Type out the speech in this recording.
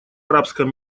арабском